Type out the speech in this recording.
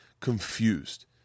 confused